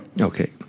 Okay